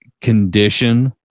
condition